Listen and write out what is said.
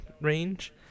range